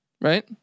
right